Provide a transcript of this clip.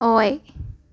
ꯑꯍꯣꯏ